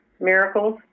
miracles